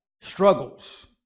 struggles